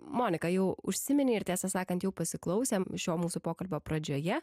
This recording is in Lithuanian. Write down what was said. monika jau užsiminei ir tiesą sakant jau pasiklausėm šio mūsų pokalbio pradžioje